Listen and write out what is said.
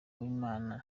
uwimana